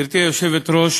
גברתי היושבת-ראש,